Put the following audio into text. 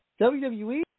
WWE